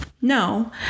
no